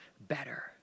better